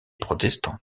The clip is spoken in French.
protestantes